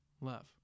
love